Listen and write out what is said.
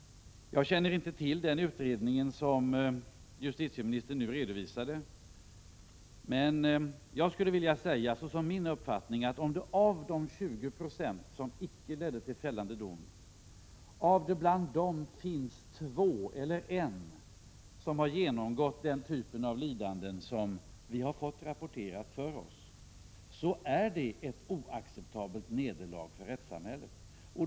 Jag känner inte till den utredning som justitieministern nu redovisade. Men om det bland de 20 26 av ärendena som icke ledde till fällande dom finns två eller en som har genomgått den typ av lidande som vi har fått rapporterat för oss, är det enligt min uppfattning ett oacceptabelt nederlag för rättssamhället.